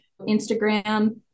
Instagram